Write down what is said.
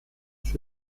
sie